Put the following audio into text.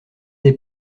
des